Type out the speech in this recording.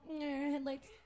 headlights